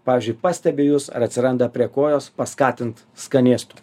pavyzdžiui pastebi jus ar atsiranda prie kojos paskatint skanėstu